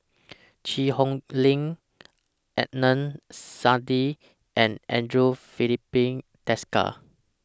Cheang Hong Lim Adnan Saidi and Andre Filipe Desker